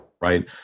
right